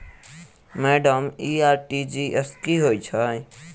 Madam इ RTGS की होइ छैय?